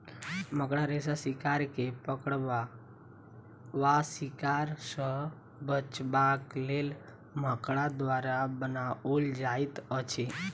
मकड़ा रेशा शिकार के पकड़बा वा शिकार सॅ बचबाक लेल मकड़ा द्वारा बनाओल जाइत अछि